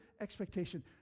expectation